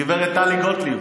גב' טלי גוטליב?